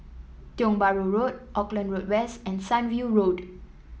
Tiong Bahru Road Auckland Road West and Sunview Road